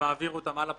ומעביר אותם הלאה בשרשרת.